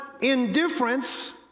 indifference